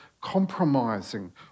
compromising